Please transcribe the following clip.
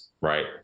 right